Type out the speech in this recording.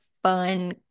fun